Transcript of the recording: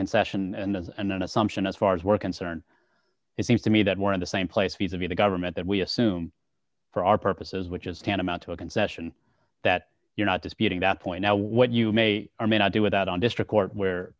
concession and an assumption as far as we're concerned it seems to me that we're in the same place feasibly the government that we assume for our purposes which is tantamount to a concession that you're not disputing that point now what you may or may not do it out on district court where